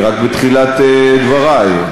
אני רק בתחילת דברי.